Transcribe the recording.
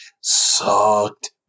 sucked